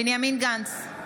בנימין גנץ,